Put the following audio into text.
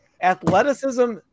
athleticism